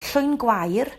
llwyngwair